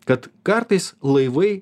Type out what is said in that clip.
kad kartais laivai